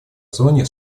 зоне